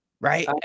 right